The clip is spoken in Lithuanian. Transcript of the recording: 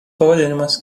pavadinimas